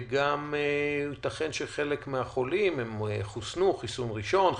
וגם ייתכן שחלק מהחולים חוסנו חיסון ראשון,